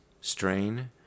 strain